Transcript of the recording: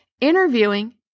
interviewing